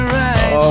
right